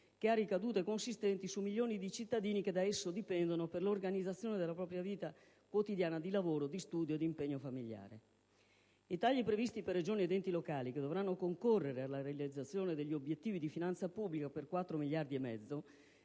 che ha ricadute consistenti su milioni di cittadini che da esso dipendono per l'organizzazione della propria vita quotidiana di lavoro, di studio, di impegno familiare. I tagli previsti per Regioni ed enti locali, che dovranno concorrere alla realizzazione degli obiettivi di finanza pubblica per 4,5 miliardi di euro,